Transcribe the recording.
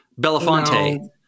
Belafonte